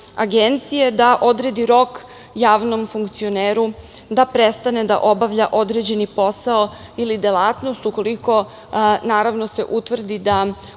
da odredi rok javnom funkcioneru da prestane da obavlja određeni posao ili delatnost ukoliko se utvrdi da